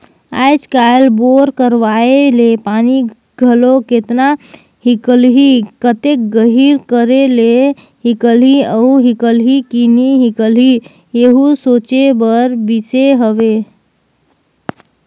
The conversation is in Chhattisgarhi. आएज काएल बोर करवाए ले पानी घलो केतना हिकलही, कतेक गहिल करे ले हिकलही अउ हिकलही कि नी हिकलही एहू सोचे कर बिसे हवे